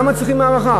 למה הם צריכים הארכה?